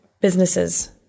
businesses